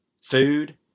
food